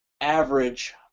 average